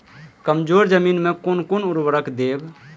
कमजोर जमीन में कोन कोन उर्वरक देब?